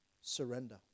surrender